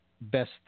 best